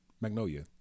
Magnolia